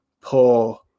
poor